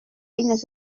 eines